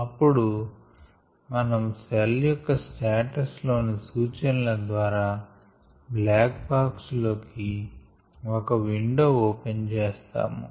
అప్పుడు మనం సెల్ యొక్క "స్టాటస్" లోని సూచనల ద్వారా బ్లాక్ బాక్స్ లోకి ఒక విండో ఓపెన్ చేస్తాము